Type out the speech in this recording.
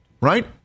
right